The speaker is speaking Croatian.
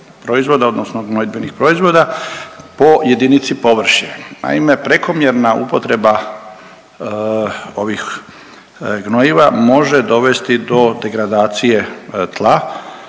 odnosno gnojidbenih proizvoda po jedinici površine. Naime prekomjerna upotreba ovih gnojiva može dovesti do degradacije tla,